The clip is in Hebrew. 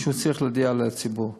הוא צריך להודיע לציבור,